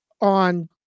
on